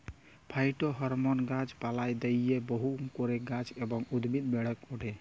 phytohormone গাছ পালায় দিইলে বহু করে গাছ এবং উদ্ভিদ বেড়েক ওঠে